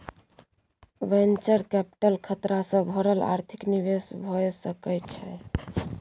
venture capital खतरा सँ भरल आर्थिक निवेश भए सकइ छइ